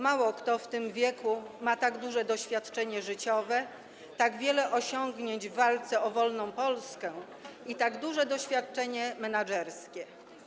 Mało kto w tym wieku ma tak duże doświadczenie życiowe, tak wiele osiągnięć w walce o wolną Polskę i tak duże doświadczenie menedżerskie.